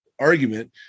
argument